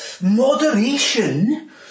moderation